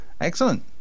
excellent